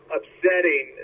upsetting